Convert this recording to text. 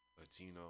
Latino